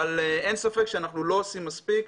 אבל אין ספק שאנחנו לא עושים מספיק.